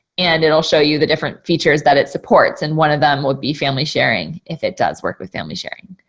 and it'll show you the different features that it supports. and one of them would be family sharing, if it does work with family sharing.